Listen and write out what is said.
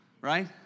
right